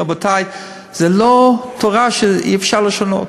רבותי, זו לא תורה שאי-אפשר לשנות.